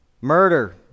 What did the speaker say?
Murder